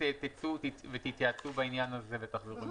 שתצאו ותתייעצו בעניין הזה ותחזרו עם תשובה.